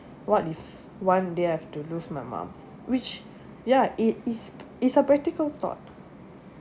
what if one day I have to lose my mom which ya it is it's a practical thought